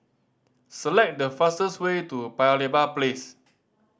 select the fastest way to Paya Lebar Place